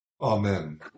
Amen